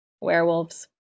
werewolves